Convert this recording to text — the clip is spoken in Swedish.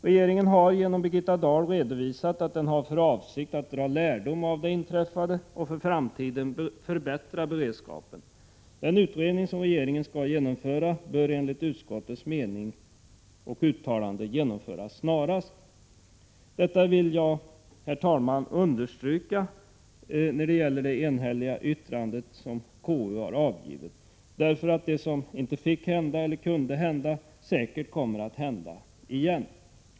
Regeringen har genom Birgitta Dahl redovisat att den har för avsikt att dra lärdom av det inträffade och för framtiden förbättra beredskapen. Den utredning som regeringen skall genomföra bör enligt utskottets uttalande genomföras snarast. Detta vill jag, herr talman, understryka i det enhälliga yttrande som KU avgivit, därför att det som inte fick och inte kunde hända säkert kommer att hända igen.